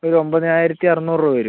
ഒരു ഒമ്പതിനായിരത്തി അറുന്നൂറ് രൂപ വരും